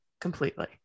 completely